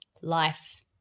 life